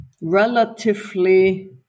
relatively